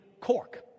cork